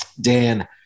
Dan